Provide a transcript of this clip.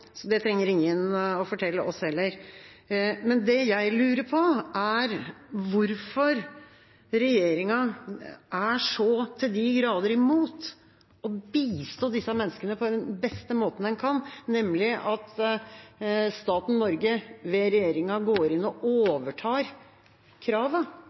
så det trenger ingen å fortelle oss. Men det jeg lurer på, er hvorfor regjeringa er så til de grader imot å bistå disse menneskene på den beste måten en kan, nemlig ved at staten Norge ved regjeringa går inn og